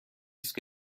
است